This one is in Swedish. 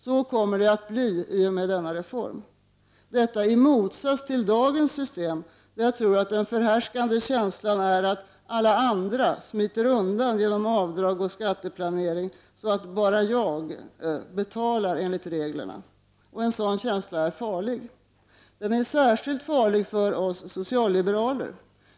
Så kommer det att bli i och med denna reform, detta i motsats till dagens system, där jag tror att den förhärskande känslan är att ”alla andra” smiter undan genom avdrag och skatteplanering så att bara ”jag” betalar enligt reglerna. En sådan känsla är farlig. Den är särskilt farlig för oss socialliberaler.